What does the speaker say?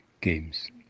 games